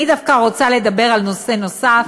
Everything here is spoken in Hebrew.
אני דווקא רוצה לדבר על נושא נוסף.